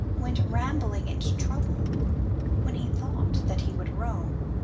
went rambling into trouble when he thought that he would roam.